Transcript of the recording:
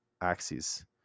axes